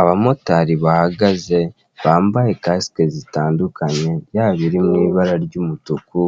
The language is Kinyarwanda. Abamotari bahagaze bambaye kasike zitandukanye yaba iri mu ibara ry'umutuku,